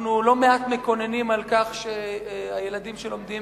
אנחנו לא מעט מקוננים על כך שהילדים שלומדים